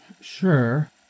Sure